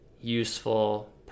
useful